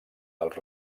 dels